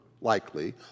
likely